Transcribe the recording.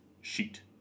sheet